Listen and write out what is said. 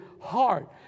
heart